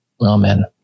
amen